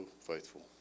faithful